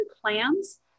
plans